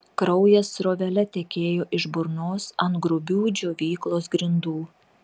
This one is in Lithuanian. kraujas srovele tekėjo iš burnos ant grubių džiovyklos grindų